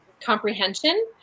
Comprehension